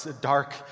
dark